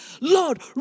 Lord